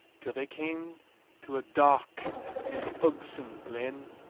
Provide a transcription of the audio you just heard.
till they came to a dark and ugsome glen,